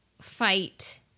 fight